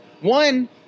One